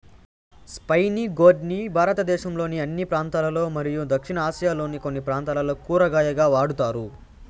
spiny gourd ని భారతదేశంలోని అన్ని ప్రాంతాలలో మరియు దక్షిణ ఆసియాలోని కొన్ని ప్రాంతాలలో కూరగాయగా వాడుతారు